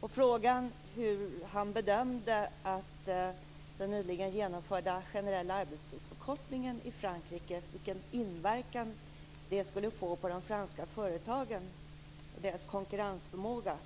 På frågan hur han bedömde vilken inverkan den nyligen genomförda generella arbetstidsförkortningen skulle få på de franska företagens konkurrensförmåga